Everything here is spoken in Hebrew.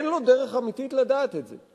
אין לו דרך אמיתית לדעת את זה.